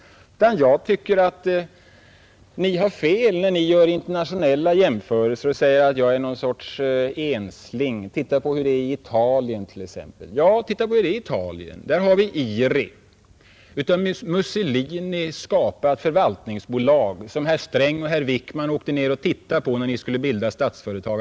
Jag tycker att Ni har fel när Ni gör internationella jämförelser för att visa att jag är någon sorts ensling. Ni säger: Se på hur det är t.ex. i Italien! Ja, se på hur det är i Italien! Där har vi IRI, ett av Mussolini skapat förvaltningsbolag. Herr Sträng och herr Wickman åkte ner för att studera det när ni skulle bilda Statsföretag.